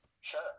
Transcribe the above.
Sure